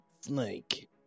snake